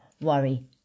worry